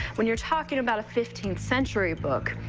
when you're talking about a fifteenth century book,